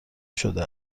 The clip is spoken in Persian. شده